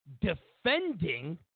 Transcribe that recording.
defending